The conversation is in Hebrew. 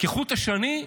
כחוט השני,